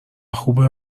خوبه